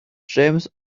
james